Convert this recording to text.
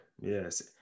yes